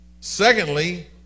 Secondly